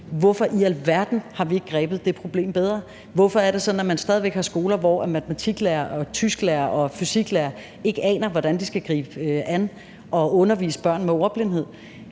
Hvorfor i alverden har vi ikke grebet det problem bedre an? Hvorfor er det sådan, at man stadig væk har skoler, hvor matematiklærere, tysklærere og fysiklærere ikke aner, hvordan de skal gribe det an at undervise børn med ordblindhed?